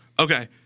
Okay